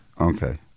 Okay